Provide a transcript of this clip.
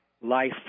life